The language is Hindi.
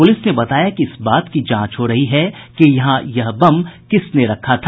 पुलिस ने बताया कि इस बात की जांच हो रही है कि यहां यह बम किसने रखा था